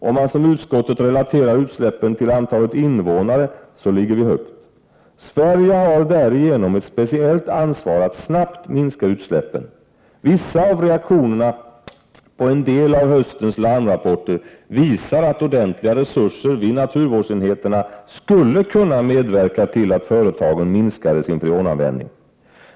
Om man, som utskottet gör, relaterar utsläppen till antalet invånare ligger vi högt. Sverige har därigenom ett speciellt ansvar att snabbt minska utsläppen. Vissa av reaktionerna på en del av höstens larmrapporter visar att ordentliga resurser vid naturvårdsenheterna skulle kunna medverka till att företagen minskade sin freonanvändning.